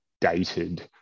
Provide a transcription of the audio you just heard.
dated